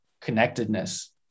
connectedness